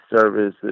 services